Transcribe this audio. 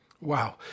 Wow